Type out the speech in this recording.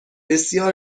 بسیار